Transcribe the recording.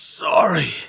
sorry